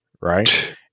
right